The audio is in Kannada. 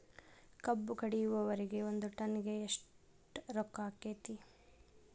ಕಬ್ಬು ಕಡಿಯುವರಿಗೆ ಒಂದ್ ಟನ್ ಗೆ ಎಷ್ಟ್ ರೊಕ್ಕ ಆಕ್ಕೆತಿ?